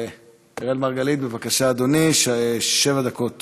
אראל מרגלית, בבקשה, אדוני, שבע דקות